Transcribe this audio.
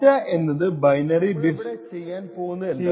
data എന്നത് binary bits 011 അങ്ങനെയാണ്